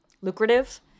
lucrative